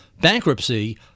bankruptcy